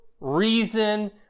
reason